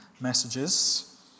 messages